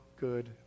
good